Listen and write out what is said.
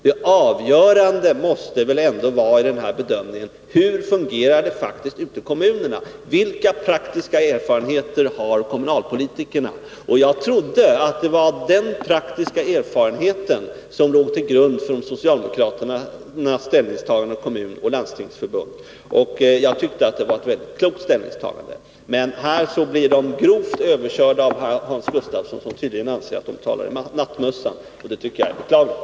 Det avgörande i den här bedömningen måste väl ändå vara hur det faktiskt fungerar ute i kommunerna. Vilka praktiska erfarenheter har kommunalpolitikerna? Jag trodde att det var den praktiska erfarenheten som låg till grund för socialdemokraternas ställningstagande i Kommunförbundet och i Landstingsförbundet, och jag tyckte att det var ett väldigt klokt ställningstagande. Men här blir de grovt överkörda av Hans Gustafsson, som tydligen anser att de talar i nattmössan, och det tycker jag är beklagligt.